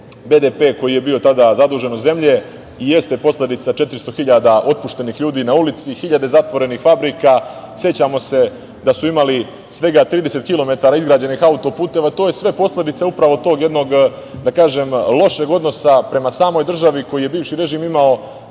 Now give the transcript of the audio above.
BDP, koji je bio zaduženost zemlje i jeste posledica 400.000 otpuštenih ljudi na ulici, 1.000 zatvorenih fabrika.Sećamo se da su imali svega 30 kilometara izgrađenih autoputeva. To je sve posledica upravo tog jednog lošeg odnosa prema samoj državi koje bivši režim imao